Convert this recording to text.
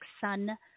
Sun